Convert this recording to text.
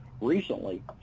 recently